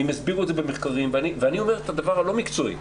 והם יסבירו את זה במחקרים ואני אומר את הדבר הלא מקצועי,